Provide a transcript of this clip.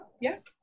yes